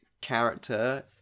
character